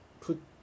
put